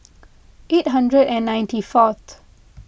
eight hundred and ninety fourth